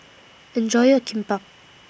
Enjoy your Kimbap